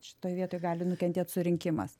šitoj vietoj gali nukentėt surinkimas